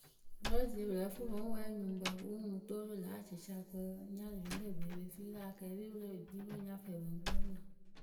bɨrɔsɩ pɨ lǝ́ǝ fɨ pɨ ŋ wɛɛ nyʊŋkpǝ pɨ ŋ wɛɛ lǎ acɩcayǝ kɨ nyarɨpirǝ rɛ bee pe fii lǝ akɛɛpipǝ rɛ pɨ kpii pɨ ŋ nya fɛɛ pɨ ŋ kpɨɨlɨ.